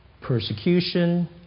persecution